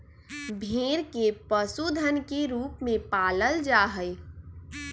भेड़ के पशुधन के रूप में पालल जा हई